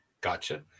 Gotcha